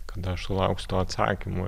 kada aš sulauksiu to atsakymo